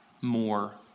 more